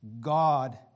God